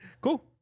Cool